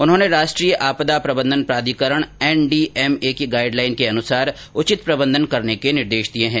उन्होंने राष्ट्रीय आपदा प्रबन्धन प्राधिकरण एनडीएमए की गाइड लाइन के अनुसार उचित प्रबन्धन करने के निर्देश दिए है